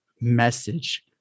message